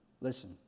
Listen